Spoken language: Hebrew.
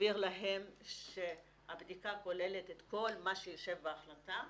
הסביר להם שהבדיקה כוללת את כל מה שיושב בהחלטה.